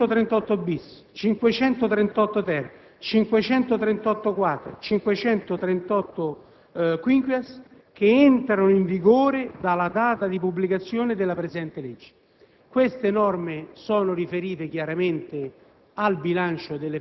«ad eccezione dei commi 538-*bis*, 538-*ter*, 538-*quater*, 538-*quinquies*, che entrano in vigore dalla data di pubblicazione della presente legge».